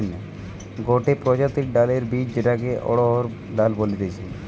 গটে প্রজাতির ডালের বীজ যেটাকে অড়হর ডাল বলতিছে